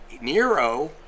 Nero